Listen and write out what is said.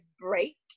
break